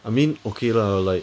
I mean okay lah like